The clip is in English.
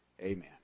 Amen